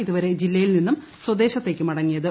ഇതുവരെ ജില്ലയിൽ നിന്ന് സ്വദേശത്തേക്ക് മടങ്ങിയത്